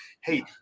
Hey